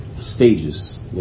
stages